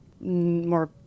more